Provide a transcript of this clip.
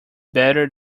better